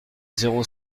zéro